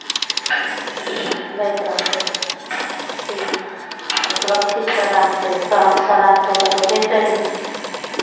दैत रहतै पक्षी सुरक्षितसँ राखतै शान्तसँ राखतै कतहु जेतै नहि